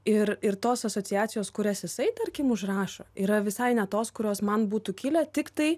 ir ir tos asociacijos kurias jisai tarkim užrašo yra visai ne tos kurios man būtų kilę tiktai